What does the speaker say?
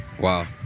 Wow